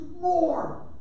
more